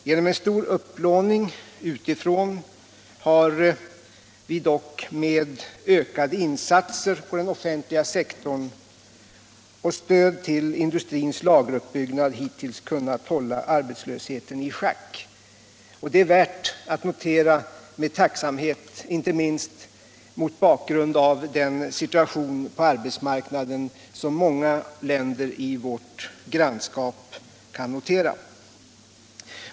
Genom en stor upplåning utifrån har vi dock med ökade insatser på den offentliga sektorn och stöd till industrins lageruppbyggnad hittills kunnat hålla arbetslösheten i schack, och det är värt att notera med tacksamhet, inte minst mot bakgrund av den situation på arbetsmarknaden som många länder i vårt grannskap kan konstatera.